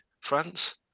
France